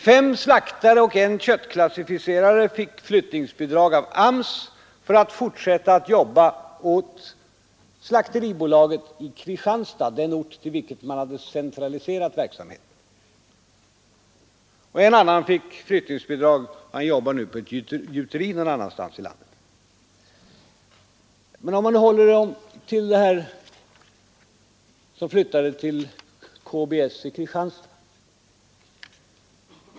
Fem slaktare och en köttklassificerare fick flyttningsbidrag av AMS för att fortsätta att jobba åt slakteribolaget i Kristianstad, dit man hade centraliserat verksamheten. En annan fick flyttningsbidrag och jobbar nu på ett gjuteri någon annanstans i landet. Men låt oss hålla oss till dem som flyttade till KBS i Kristianstad.